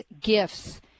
gifts